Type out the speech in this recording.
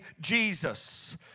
Jesus